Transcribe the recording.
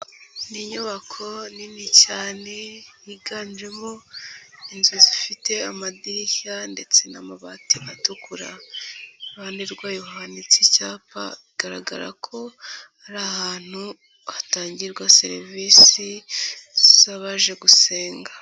Ni inyubako nini cyane higanjemo inzu zifite amadirishya ndetse n'amabati atukura, iruhande rwayo hahanitse icyapa, bigaragara ko ari ahantu hatangirwa serivisi z'abaje gusenga.